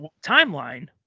timeline